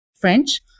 French